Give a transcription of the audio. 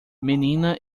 menina